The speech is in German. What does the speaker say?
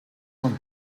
von